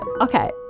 okay